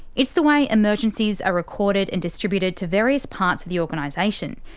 it's the way emergencies are recorded and distributed to various parts of the organisation.